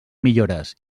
millores